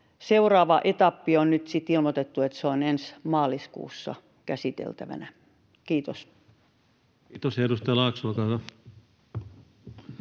Seuraava etappi on nyt sitten ilmoitettu: se on ensi maaliskuussa käsiteltävänä. — Kiitos. Kiitos. — Ja edustaja Laakso,